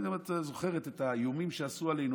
אני לא יודע אם את זוכרת את האיומים שעשו עלינו,